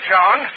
John